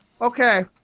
okay